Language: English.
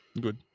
good